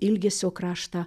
ilgesio kraštą